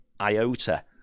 iota